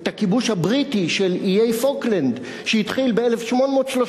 את הכיבוש הבריטי של איי-פוקלנד, שהתחיל ב-1833.